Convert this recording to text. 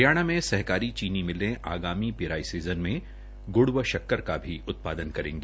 हरियाणा में सहकारी चीनी मिलें आगामी पिराई सीज़न में गुड़ व शक्कर का भी उत्पादन करेंगी